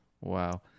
wow